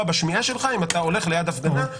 בשמיעה שלך אם אתה הולך ליד הפגנה,